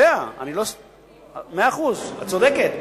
צריך לצלם, אני יודע, מאה אחוז, את צודקת: